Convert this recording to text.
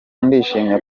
ndishimye